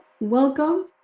Welcome